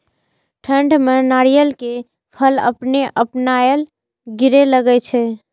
ठंड में नारियल के फल अपने अपनायल गिरे लगए छे?